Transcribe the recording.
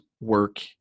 work